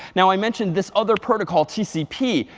now, i mentioned this other protocol, tcp,